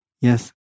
Yes